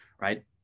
right